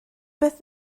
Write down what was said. beth